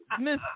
Miss